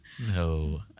No